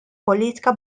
politika